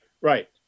right